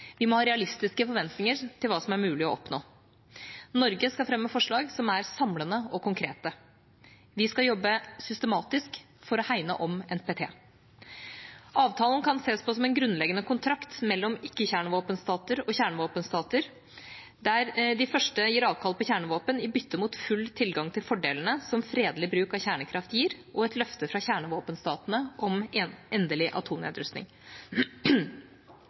Vi må ha realistiske forventninger til hva som er mulig å oppnå. Norge skal fremme forslag som er samlende og konkrete. Vi skal jobbe systematisk for å hegne om NPT. Avtalen kan ses på som en grunnleggende kontrakt mellom ikke-kjernevåpenstater og kjernevåpenstater, der de første gir avkall på kjernevåpen i bytte mot full tilgang til fordelene som fredelig bruk av kjernekraft gir, og et løfte fra kjernevåpenstatene om endelig atomnedrustning.